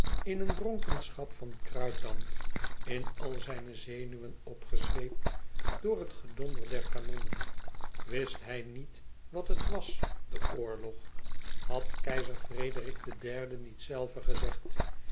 in een dronkenschap van kruitdamp in alle zijne zenuwen opgezweept door het gedonder der kanonnen wist hij niet wat het was de oorlog had keizer frederik iii niet zelve gezegd